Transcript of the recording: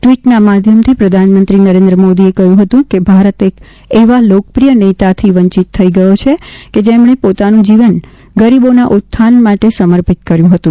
ટવીટના માધ્યમથી પ્રધાનમંત્રી નરેન્દ્ર મોદીએ કહયું કે ભારત એક એવા લોકપ્રિય નેતાથી વંચિત થઈ ગયો છે કે જેમણે પોતાનું જીવન ગરીબોના ઉત્થાન માટે સમર્પિત કર્યુ હતું